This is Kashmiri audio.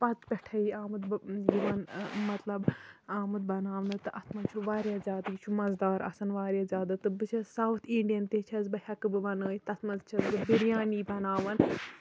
پَتہٕ پٮ۪ٹھٕے آمُت یِون مطلب آمُت بَناونہٕ تہٕ اَتھ منٛز چھُ واریاہ زیادٕ یہِ چھُ مَزٕ دار آسان واریاہ زیادٕ تہٕ بہٕ چھَس ساوُتھ اِنڈیَن تہِ چھَس بہٕ ہٮ۪کہٕ بہٕ بَنٲوِتھ تَتھ منٛز چھَس بہٕ بِریانی بَناوان